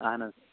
اَہَن حظ